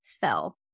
fell